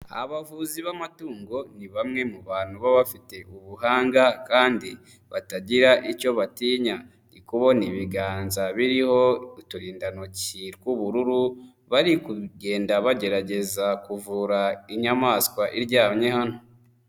Abavuzi b'amatungo ni bamwe mu bantu baba bafite ubuhanga kandi batagira icyo batinya. Ndi kubona ibiganza biriho uturindantoki tw'ubururu, bari kugenda bagerageza kuvura inyamaswa iryamye hano.